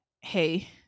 hey